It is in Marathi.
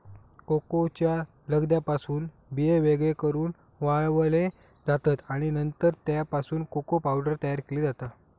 कोकोच्या लगद्यापासून बिये वेगळे करून वाळवले जातत आणि नंतर त्यापासून कोको पावडर तयार केली जाता